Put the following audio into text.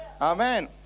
amen